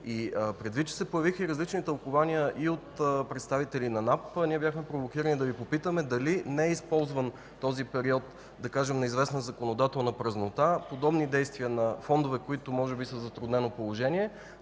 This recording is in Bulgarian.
Предвид това, че се появиха различни тълкувания и от представители на НАП, ние бяхме провокирани да Ви попитаме дали не е използван този период да кажем на известна законодателна празнота подобни действия на фондове, които може би са в затруднено положение,